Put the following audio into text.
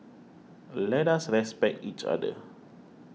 let us respect each other